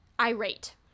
irate